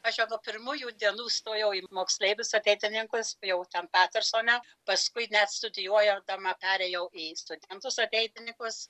aš jau nuo pirmųjų dienų stojau į moksleivius ateitininkus jau ten petersone paskui net studijuodama perėjau į studentus ateitininkus